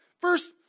First